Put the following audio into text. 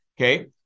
Okay